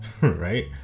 right